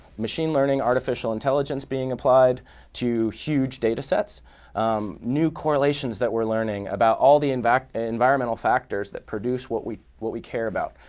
machine learning, artificial intelligence, being applied to huge data sets new correlations that we're learning about all the and environmental factors that produce what we what we care about,